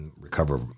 Recover